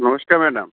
নমস্কার ম্যাডাম